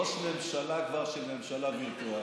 הוא כבר ראש ממשלה של ממשלה וירטואלית,